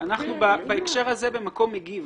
אנחנו במקום מגיב.